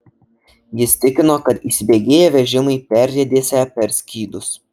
jis tikino kad įsibėgėję vežimai perriedėsią per skydus